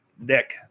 Nick